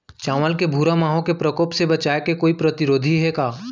चांवल के भूरा माहो के प्रकोप से बचाये के कोई प्रतिरोधी हे का?